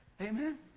Amen